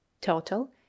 Total